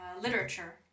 literature